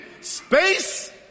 space